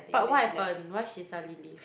but what happen why she suddenly leave